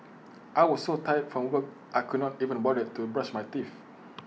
I was so tired from work I could not even bother to brush my teeth